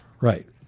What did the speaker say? Right